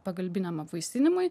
pagalbiniam apvaisinimui